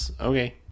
Okay